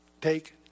take